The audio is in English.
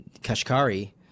Kashkari